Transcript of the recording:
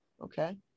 Okay